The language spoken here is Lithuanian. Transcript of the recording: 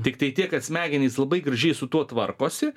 tiktai tiek kad smegenys labai gražiai su tuo tvarkosi